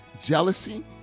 jealousy